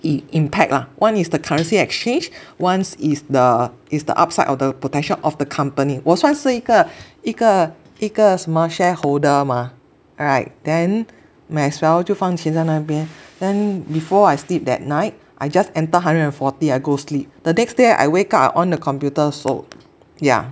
im~ impact lah one is the currency exchange one is the is the upside of the potential of the company 我算是一个一个一个什么 shareholder 嘛 alright then might as well 就放钱在那边 then before I sleep at night I just enter hundred and forty I go sleep the next day I wake up I on the computer sold yeah